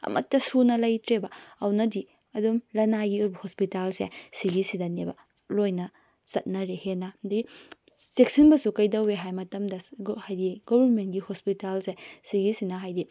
ꯑꯃꯠꯇ ꯁꯨꯅ ꯂꯩꯇ꯭ꯔꯦꯕ ꯑꯗꯨꯅꯗꯤ ꯑꯗꯨꯝ ꯂꯅꯥꯏꯒꯤ ꯑꯣꯏꯕ ꯍꯣꯁꯄꯤꯇꯥꯜꯁꯦ ꯁꯤꯒꯤꯁꯤꯗꯅꯦꯕ ꯂꯣꯏꯅ ꯆꯠꯅꯔꯦ ꯍꯦꯟꯅꯗꯤ ꯆꯦꯛꯁꯤꯟꯕꯁꯨ ꯀꯩꯗꯧꯏ ꯍꯥꯏꯕ ꯃꯇꯝꯗ ꯍꯥꯏꯗꯤ ꯒꯣꯕꯔꯃꯦꯟꯒꯤ ꯍꯣꯁꯄꯤꯇꯥꯜꯁꯦ ꯁꯤꯒꯤꯁꯤꯅ ꯍꯥꯏꯗꯤ